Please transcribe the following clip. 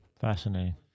Fascinating